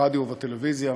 ברדיו ובטלוויזיה